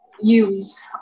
use